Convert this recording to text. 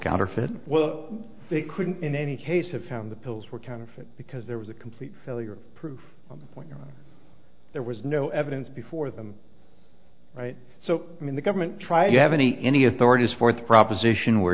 counterfeit well they couldn't in any case have found the pills were counterfeit because there was a complete failure proof point there was no evidence before them so i mean the government tried to have any any authorities for the proposition where